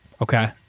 okay